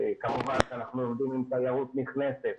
כמובן שאנחנו עובדים עם תיירות נכנסת,